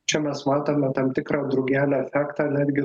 čia mes matome tam tikrą drugelio efektą netgi